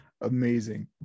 Amazing